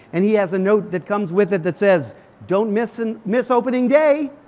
and he has a note that comes with it that says don't miss and miss opening day!